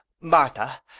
martha